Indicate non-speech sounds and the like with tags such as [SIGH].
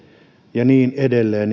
ja niin edelleen [UNINTELLIGIBLE]